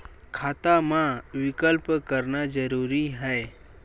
खाता मा विकल्प करना जरूरी है?